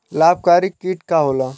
लाभकारी कीट का होला?